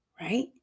right